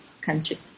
country